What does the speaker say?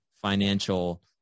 financial